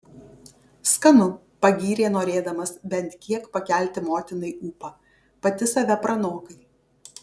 skanu pagyrė norėdamas bent kiek pakelti motinai ūpą pati save pranokai